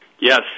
Yes